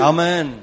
Amen